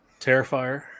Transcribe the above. Terrifier